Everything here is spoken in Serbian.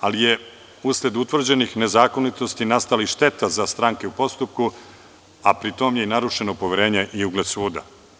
ali je usled utvrđenih nezakonitosti nastalih šteta za stranke u postupku, a pri tome je i narušeno poverenje i ugled suda.